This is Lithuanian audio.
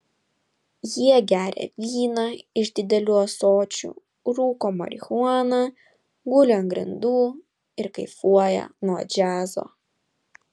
jie geria vyną iš didelių ąsočių rūko marihuaną guli ant grindų ir kaifuoja nuo džiazo